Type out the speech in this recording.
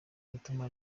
gutuma